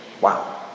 Wow